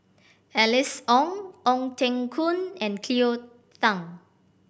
Alice Ong Ong Teng Koon and Cleo Thang